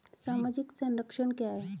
सामाजिक संरक्षण क्या है?